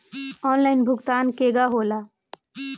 Online भुगतान केगा होला?